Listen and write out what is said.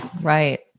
Right